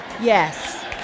yes